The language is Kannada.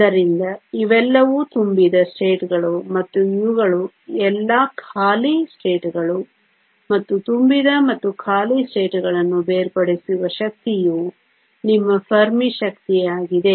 ಆದ್ದರಿಂದ ಇವೆಲ್ಲವೂ ತುಂಬಿದ ಸ್ಥಿತಿಗಳು ಮತ್ತು ಇವುಗಳು ಎಲ್ಲಾ ಖಾಲಿ ಸ್ಥಿತಿಗಳು ಮತ್ತು ತುಂಬಿದ ಮತ್ತು ಖಾಲಿ ಸ್ಥಿತಿಗಳನ್ನು ಬೇರ್ಪಡಿಸುವ ಶಕ್ತಿಯು ನಿಮ್ಮ ಫೆರ್ಮಿ ಶಕ್ತಿಯಾಗಿದೆ